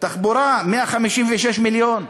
תחבורה, 156 מיליון.